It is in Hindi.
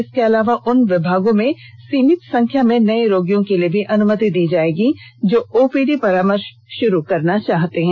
इसके अलावा उन विभागों में सीमित संख्या में नए रोगिर्यो के लिए भी अनुमति दी जाएगी जो ओपीडी परामर्श शुरू करना चाहते हैं